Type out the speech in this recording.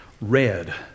red